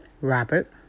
Robert